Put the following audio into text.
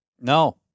No